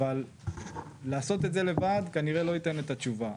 אבל לעשות את זה לבד כנראה לא ייתן את התשובה.